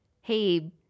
hey